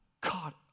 God